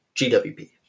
GWP